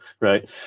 right